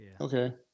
Okay